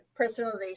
personalization